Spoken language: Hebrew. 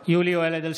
(קורא בשמות חברי הכנסת) יולי יואל אדלשטיין,